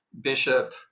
bishop